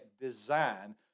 design